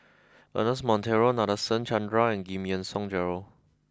Ernest Monteiro Nadasen Chandra and Giam Yean Song Gerald